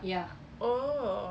ya